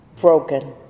broken